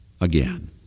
again